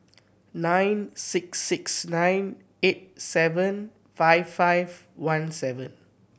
nine six six nine eight seven five five one seven